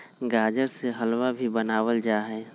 गाजर से हलवा भी बनावल जाहई